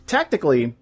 Tactically